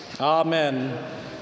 Amen